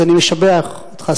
אז אני משבח אותך,